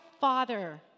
Father